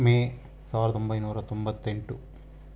ಮೇ ಸಾವಿರದ ಒಂಬೈನೂರ ತೊಂಬತ್ತೆಂಟು